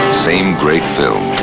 same great film.